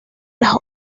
las